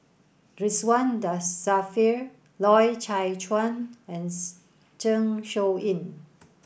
Ridzwan Dzafir Loy Chye Chuan and Zeng Shouyin